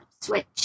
switch